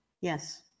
Yes